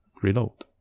reload.